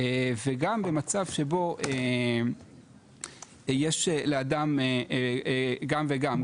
וגם במצב שבו יש לאדם גם וגם,